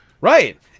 Right